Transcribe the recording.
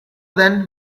then